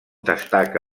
destaca